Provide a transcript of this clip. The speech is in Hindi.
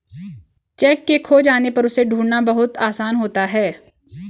चैक के खो जाने पर उसे ढूंढ़ना बहुत आसान होता है